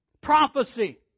Prophecy